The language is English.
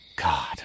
God